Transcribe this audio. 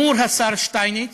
מול השר שטייניץ,